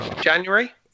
January